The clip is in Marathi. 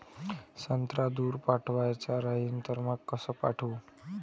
संत्रा दूर पाठवायचा राहिन तर मंग कस पाठवू?